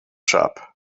shop